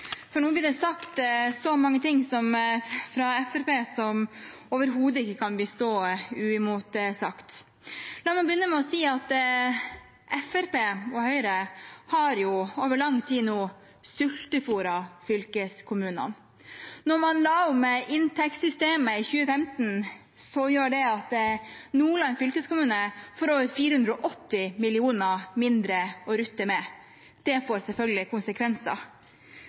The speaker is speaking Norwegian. for nå blir det sagt så mange ting fra Fremskrittspartiet som overhodet ikke kan bli stående uimotsagt. La meg begynne med å si at Fremskrittspartiet og Høyre over lang tid nå har sultefôret fylkeskommunene. Man la om inntektssystemet i 2015, og det gjør at Nordland fylkeskommune får over 480 mill. kr mindre å rutte med. Det får selvfølgelig konsekvenser.